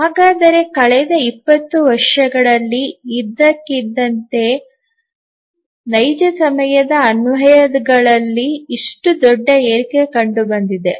ಹಾಗಾದರೆ ಕಳೆದ 20 ವರ್ಷಗಳಲ್ಲಿ ಇದ್ದಕ್ಕಿದ್ದಂತೆ ನೈಜ ಸಮಯದ ಅನ್ವಯಗಳಲ್ಲಿ ಇಷ್ಟು ದೊಡ್ಡ ಏರಿಕೆ ಕಂಡುಬಂದಿದೆ